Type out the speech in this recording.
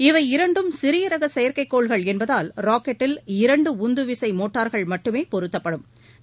இவை இரண்டும் சிறிய ரக செயற்கைக்கோள்கள் என்பதால் ராக்கெட்டில் இரண்டு உந்துவிசை மோட்டார்கள் மட்டுமே பொறுத்தப்பட்டிருக்கும்